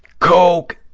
coke,